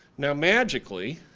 now, magically,